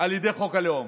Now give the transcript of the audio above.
על ידי חוק הלאום.